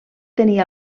tenia